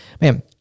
man